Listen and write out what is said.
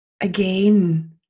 again